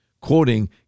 quoting